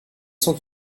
sont